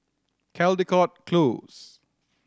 Caldecott Close